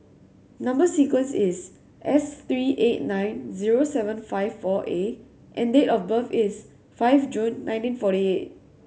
number sequence is S three eight nine zero seven five four A and date of birth is five June nineteen forty eight